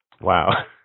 Wow